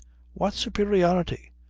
what superiority?